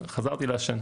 תודה רבה שהגעתם.